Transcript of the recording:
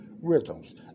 rhythms